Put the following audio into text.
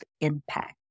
impact